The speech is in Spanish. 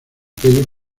aquellos